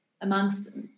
amongst